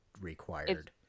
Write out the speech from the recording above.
required